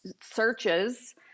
searches